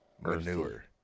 manure